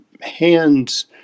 hands